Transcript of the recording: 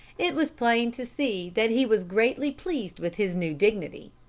it was plain to see that he was greatly pleased with his new dignity.